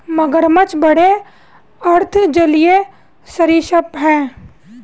मगरमच्छ बड़े अर्ध जलीय सरीसृप हैं